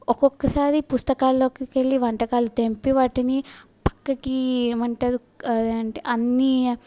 ఒక్కొక్కసారి పుస్తకాలలోకి వెళ్ళి వంటకాలు తెంపి వాటిని పక్కకి ఏమంటారు అదేంటి అన్నీ